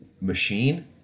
machine